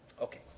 Okay